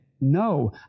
No